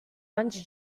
bungee